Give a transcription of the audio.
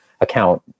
account